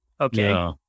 Okay